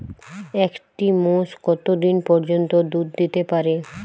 একটি মোষ কত দিন পর্যন্ত দুধ দিতে পারে?